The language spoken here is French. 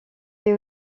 fait